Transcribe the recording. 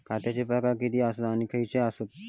खतांचे प्रकार किती आसत आणि खैचे आसत?